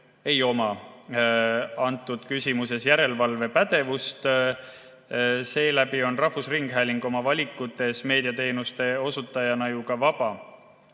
ei ole selles küsimuses järelevalvepädevust. Seetõttu on rahvusringhääling oma valikutes meediateenuste osutajana ju ka vaba.